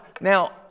Now